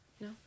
no